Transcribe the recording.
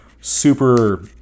super